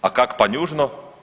A kak panjužno?